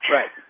Right